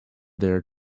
their